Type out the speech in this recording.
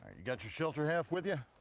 you got your shelter half with yeah